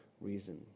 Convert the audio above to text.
reason